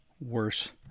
worse